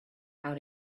how